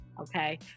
Okay